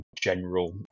general